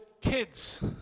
kids